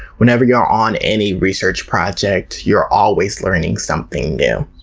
whenever you're on any research project, you're always learning something new.